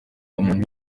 umuntu